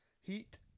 heat